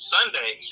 Sunday